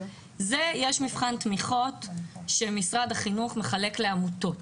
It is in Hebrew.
יש מבחן תמיכות שמשרד החינוך מחלק לעמותות.